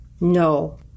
No